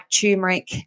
turmeric